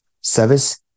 service